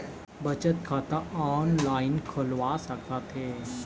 बचत खाता ऑनलाइन खोलवा सकथें?